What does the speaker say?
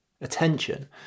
attention